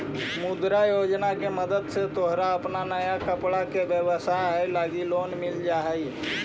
मुद्रा योजना के मदद से तोहर अपन नया कपड़ा के व्यवसाए लगी लोन मिल जा हई